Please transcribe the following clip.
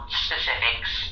specifics